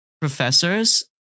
professors